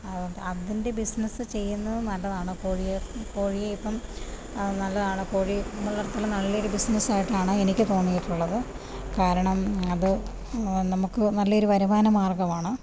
അതിൻ്റെ ബിസിനസ് ചെയ്യുന്നത് നല്ലതാണ് കോഴിയെ കോഴിയേ ഇപ്പോള് നല്ലതാണ് കോഴി വളർത്തല് നല്ലൊരു ബിസിനസ് ആയിട്ടാണ് എനിക്ക് തോന്നിയിട്ടുള്ളത് കാരണം അത് നമുക്ക് നല്ലൊരു വരുമാനമാർഗ്ഗമാണ്